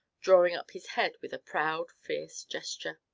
drawing up his head with a proud, fierce gesture.